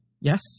Yes